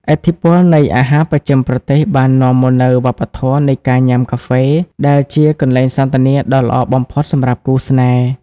ឥទ្ធិពលនៃអាហារបស្ចិមប្រទេសបាននាំមកនូវវប្បធម៌នៃការញ៉ាំកាហ្វេ ដែលជាកន្លែងសន្ទនាដ៏ល្អបំផុតសម្រាប់គូស្នេហ៍។